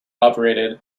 operated